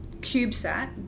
cubesat